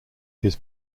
his